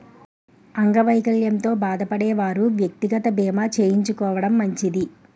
అంగవైకల్యంతో బాధపడే వారు వ్యక్తిగత బీమా చేయించుకోవడం మంచిది